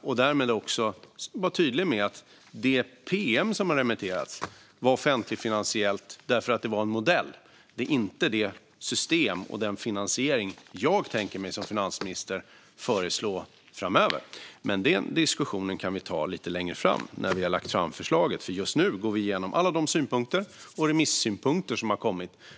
och därmed också vara tydliga med att det pm som har remitterats var offentligfinansiellt därför att det var en modell. Detta är inte det system eller den finansiering som jag som finansminister tänker mig att föreslå framöver, men den diskussionen kan vi ta lite längre fram när förslaget har lagts fram. Just nu går vi igenom alla de synpunkter och remissynpunkter som har kommit.